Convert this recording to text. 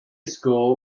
school